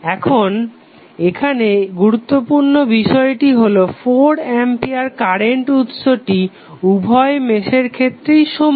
এখন এখানে গুরুত্বপূর্ণ বিষয়টি হলো 4 অ্যাম্পিয়ার কারেন্ট উৎসটি উভয় মেশের ক্ষেত্রেই সমান